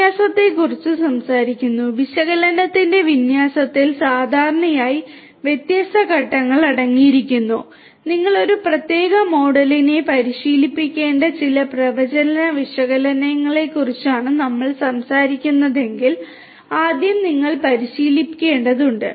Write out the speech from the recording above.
വിന്യാസത്തെക്കുറിച്ച് സംസാരിക്കുന്നു വിശകലനത്തിന്റെ വിന്യാസത്തിൽ സാധാരണയായി വ്യത്യസ്ത ഘട്ടങ്ങൾ അടങ്ങിയിരിക്കുന്നു നിങ്ങൾ ഒരു പ്രത്യേക മോഡലിനെ പരിശീലിപ്പിക്കേണ്ട ചില പ്രവചന വിശകലനങ്ങളെക്കുറിച്ചാണ് നമ്മൾ സംസാരിക്കുന്നതെങ്കിൽ ആദ്യം നിങ്ങൾ പരിശീലിപ്പിക്കേണ്ടതുണ്ട്